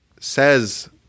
says